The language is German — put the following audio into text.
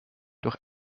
durch